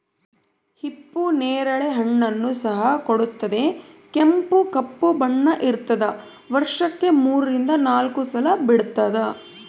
ಹಿಪ್ಪು ನೇರಳೆ ಹಣ್ಣನ್ನು ಸಹ ಕೊಡುತ್ತದೆ ಕೆಂಪು ಕಪ್ಪು ಬಣ್ಣ ಇರ್ತಾದ ವರ್ಷಕ್ಕೆ ಮೂರರಿಂದ ನಾಲ್ಕು ಸಲ ಬಿಡ್ತಾದ